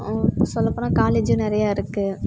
சொல்லபோனால் காலேஜ்ஜும் நிறையா இருக்கு